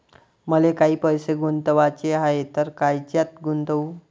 मले काही पैसे गुंतवाचे हाय तर कायच्यात गुंतवू?